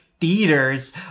theaters